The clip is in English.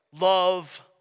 love